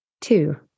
Two